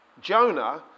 Jonah